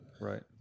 Right